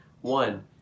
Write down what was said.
One